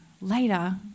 later